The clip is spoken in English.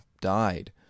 died